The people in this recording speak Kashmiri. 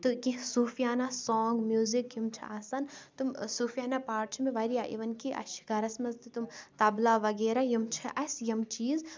تہٕ کیٚنٛہہ صوٗفیانہ سونگ میوٗزِک یِم چھِ آسان تِم صوٗفِیانہ پارٹ چھِ مےٚ واریاہ اِوٕن کہِ اَسہِ چھِ گرس منٛز تہٕ تِم تَبلا وغیرہ یِم چھِ اَسہِ یِم چیٖز